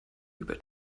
über